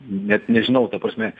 net nežinau ta prasme